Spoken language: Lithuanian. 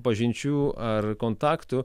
pažinčių ar kontaktų